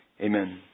Amen